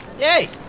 Yay